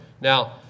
Now